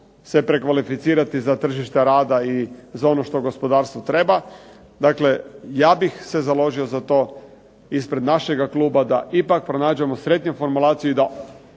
se prekvalificirati za tržište rada i za ono što gospodarstvu treba. Dakle, ja bih se založio za to ispred našega kluba, da ipak pronađemo sretniju formulaciju i da